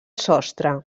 sostre